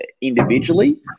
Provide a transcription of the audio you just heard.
individually